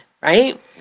right